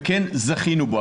וכן זכינו בו.